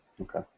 Okay